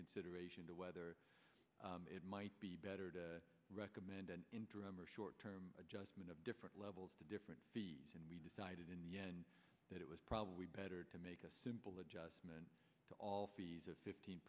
consideration to whether it might be better to recommend an interim or short term adjustment of different levels to different and we decided in the end that it was probably better to make a simple adjustment to all of fifteen